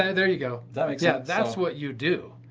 and there you go. yeah that's what you do,